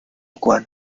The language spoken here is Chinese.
有关